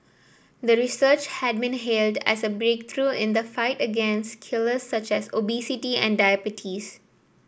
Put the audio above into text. the research had been hailed as a breakthrough in the fight against killers such as obesity and diabetes